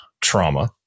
trauma